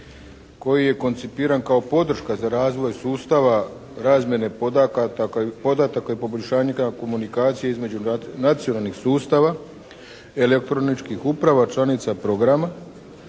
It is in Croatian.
koji je koncipiran kao podrška za razvoj sustava razmjene podataka i poboljšanja komunikacije između nacionalnih sustava, elektroničkih uprava, članica programa